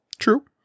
True